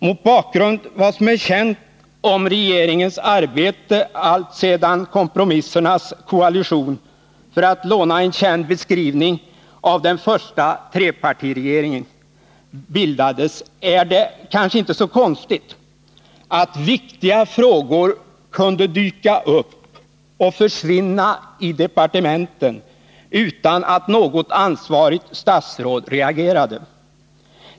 Mot bakgrund av vad som är känt om regeringens arbete alltsedan kompromissernas koalition — för att låna en känd beskrivning av den första trepartiregeringen — bildades är det kanske inte så konstigt att viktiga frågor kunde dyka upp och försvinna i departementen utan att något ansvarigt statsråd reagerade.